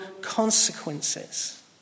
consequences